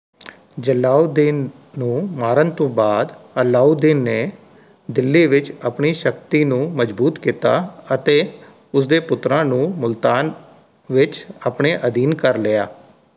ਜਲਾਊਦੀਨ ਨੂੰ ਮਾਰਨ ਤੋਂ ਬਾਅਦ ਅਲਾਊਦੀਨ ਨੇ ਦਿੱਲੀ ਵਿੱਚ ਆਪਣੀ ਸ਼ਕਤੀ ਨੂੰ ਮਜ਼ਬੂਤ ਕੀਤਾ ਅਤੇ ਉਸ ਦੇ ਪੁੱਤਰਾਂ ਨੂੰ ਮੁਲਤਾਨ ਵਿੱਚ ਆਪਣੇ ਅਧੀਨ ਕਰ ਲਿਆ